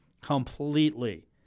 completely